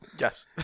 Yes